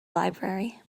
library